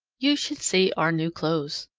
you should see our new clothes!